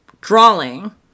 drawing